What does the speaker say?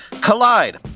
Collide